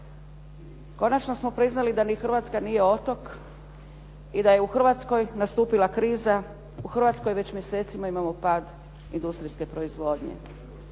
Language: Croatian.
Konačno smo priznali da ni Hrvatska nije otok i da je u Hrvatskoj nastupila kriza. U Hrvatskoj već mjesecima imamo pad industrijske proizvodnje.